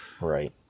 Right